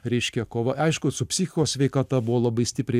reiškia kova aišku su psichikos sveikata buvo labai stipri